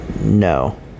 No